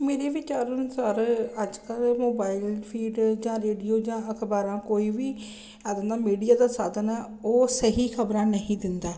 ਮੇਰੇ ਵਿਚਾਰ ਅਨੁਸਾਰ ਅੱਜ ਕੱਲ੍ਹ ਮੋਬਾਈਲ ਫੀਡ ਜਾਂ ਰੇਡੀਓ ਜਾਂ ਅਖ਼ਬਾਰਾਂ ਕੋਈ ਵੀ ਆ ਜਾਂਦਾ ਮੀਡੀਆ ਦਾ ਸਾਧਨ ਹੈ ਉਹ ਸਹੀ ਖ਼ਬਰਾਂ ਨਹੀਂ ਦਿੰਦਾ